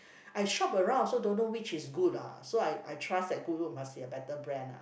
I shop around also don't know which is good ah so I I trust that Goodwood must be a better brand lah